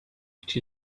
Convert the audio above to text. which